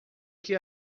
que